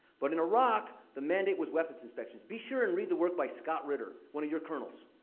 but in iraq, the mandate was weapons inspections. be sure and read the work by scott ritter, one of your colonels.